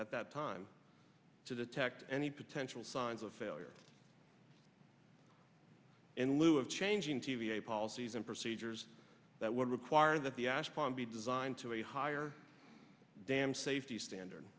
at that time to detect any potential signs of failure in lieu of changing t v a policies and procedures that would require that the ash farm be designed to a higher dam safety standard